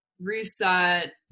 reset